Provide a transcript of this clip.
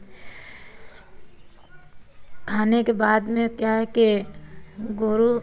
खाने के बाद में क्या है कि गोरू